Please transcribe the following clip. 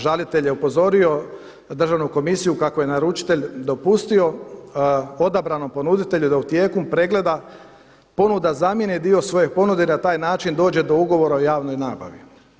Žalitelj je upozorio Državnu komisiju kako je naručitelj dopustio odabranom ponuditelju da u tijeku pregleda ponuda zamijeni dio svoje ponude i na taj način dođe do ugovora o javnoj nabavi.